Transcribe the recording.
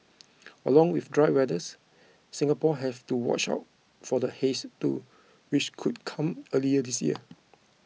along with the dry weathers Singaporeans have to watch out for the haze too which could come earlier this year